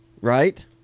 right